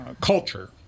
culture